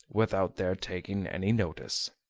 without their taking any notice.